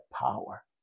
power